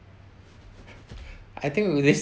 I think with this